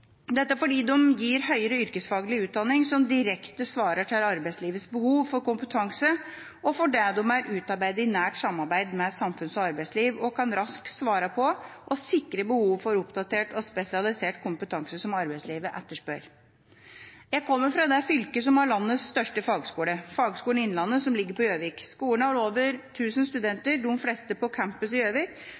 dette fordi de gir høyere yrkesfaglig utdanning som direkte svarer til arbeidslivets behov for kompetanse, og fordi de er utarbeidet i nært samarbeid med samfunns- og arbeidsliv og raskt kan svare på og sikre behovet for oppdatert og spesialisert kompetanse som arbeidslivet etterspør. Jeg kommer fra det fylket som har landets største fagskole, Fagskolen Innlandet, som ligger på Gjøvik. Skolen har over 1 000 studenter, de fleste på Campus Gjøvik,